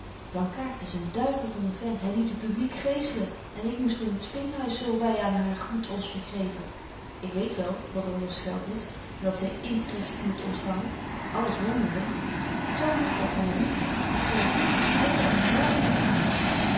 blankaart is een duivel van een vent hy liet u publiek geesselen en ik moest in t spinhuis zo wy aan haar goed ons vergrepen ik weet wel dat er los geld is en dat zy intrest moet ontfangen alles mondeling toon nu dat gy my lief hebt ik zal t briefje schryven en morgen er gaan